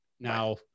Now